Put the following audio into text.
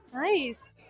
Nice